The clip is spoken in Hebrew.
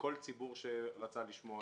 כל ציבור שרצה לשמוע את זה.